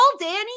Danny